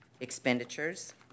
expenditures